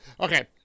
Okay